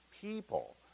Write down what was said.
people